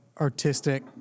artistic